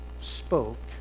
spoke